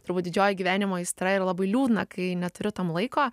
turbūt didžioji gyvenimo aistra ir labai liūdna kai neturiu tam laiko